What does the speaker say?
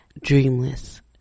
dreamless